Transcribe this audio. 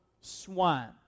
swine